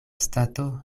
stato